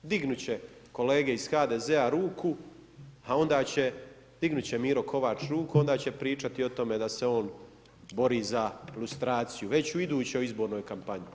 Dignut će kolege iz HDZ-a ruku, a onda će, dignut će Miro Kovač ruku, onda će pričati o tome da se on bori za lustraciju već u idućoj izbornoj kampanji.